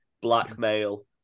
blackmail